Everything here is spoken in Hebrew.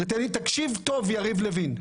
תקשיב טוב, יריב לוין.